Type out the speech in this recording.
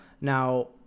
Now